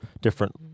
different